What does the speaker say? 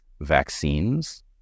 vaccines